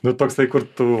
nu toksai kur tu